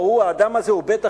האדם הזה הוא בטח